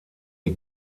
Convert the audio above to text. die